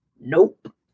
nope